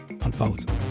Unfold